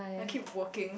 I keep working